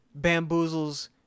bamboozles